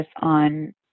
on